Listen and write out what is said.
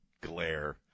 glare